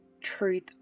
truth